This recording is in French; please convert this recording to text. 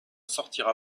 sortira